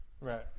right